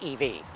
EV